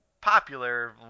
popular